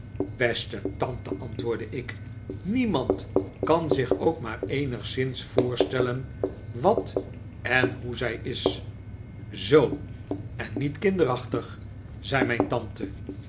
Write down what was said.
beste tante antwoordde ik niemand kan zich ook maar eenigszins voorstellen wat en hoe zij is zoo en niet kinderachtig zei mijn tante